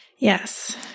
Yes